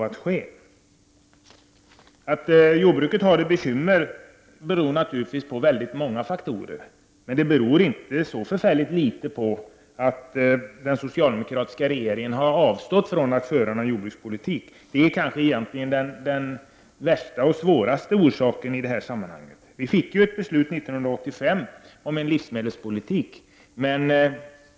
Att jordbruket har bekymmer beror naturligtvis på många faktorer, men det faktum att den socialdemokratiska regeringen har avstått från att föra en jordbrukspolitik har spelat sin roll. Det är kanske egentligen den värsta och svåraste orsaken i det här sammanhanget. Vi fick ett beslut år 1985 om en livsmedelspolitik.